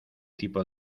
tipo